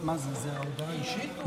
הודעה אישית?